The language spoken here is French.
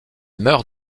meurt